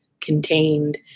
contained